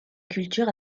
culture